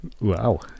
Wow